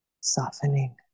softening